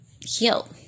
heal